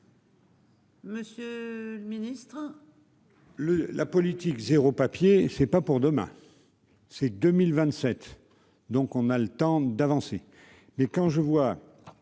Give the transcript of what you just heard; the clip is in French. Monsieur le ministre,